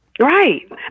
Right